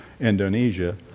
Indonesia